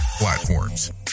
platforms